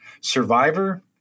Survivor